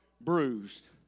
bruised